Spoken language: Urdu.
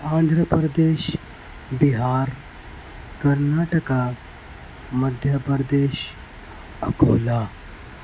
آندھر پردیش بہار کرناٹکا مدھیہ پردیش اکولا